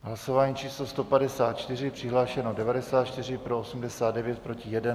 Hlasování číslo 154, přihlášeno 94, pro 89, proti 1.